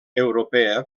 europea